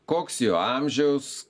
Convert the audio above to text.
koks jo amžius